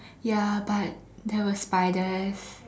ya but there were spiders